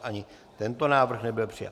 Ani tento návrh nebyl přijat.